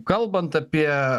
kalbant apie